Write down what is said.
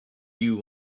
you